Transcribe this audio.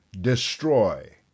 destroy